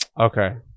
Okay